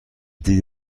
دید